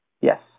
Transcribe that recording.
Yes